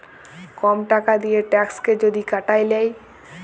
কম টাকা দিঁয়ে ট্যাক্সকে যদি কাটায় লেই